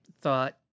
thought